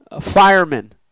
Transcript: firemen